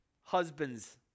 husbands